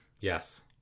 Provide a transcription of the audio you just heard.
Yes